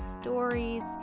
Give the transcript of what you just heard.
stories